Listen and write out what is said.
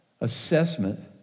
assessment